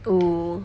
oo